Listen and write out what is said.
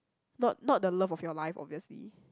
not not the love of your life obviously